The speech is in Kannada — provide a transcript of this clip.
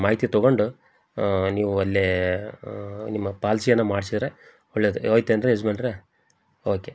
ಮಾಹಿತಿ ತೊಗೊಂಡು ನೀವು ಅಲ್ಲೇ ನಿಮ್ಮ ಪಾಲ್ಸಿಯನ್ನು ಮಾಡಿಸಿದ್ರೆ ಒಳ್ಳೆಯದು ಆಯ್ತೇನ್ರಿ ಯಜಮಾನ್ರೆ ಓಕೆ